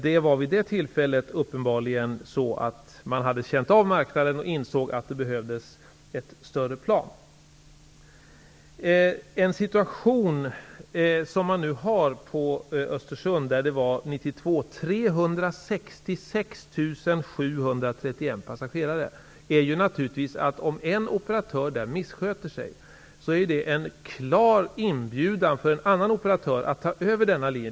Det var vid det tillfället uppenbarligen så att man hade känt av marknaden och insåg att det behövdes ett större plan. Den situation som man nu har i Östersund, där det 1992 var 366 731 passagerare, är att om en operatör där missköter sig är det en klar inbjudan för en annan operatör att ta över denna linje.